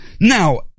Now